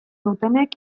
dutenek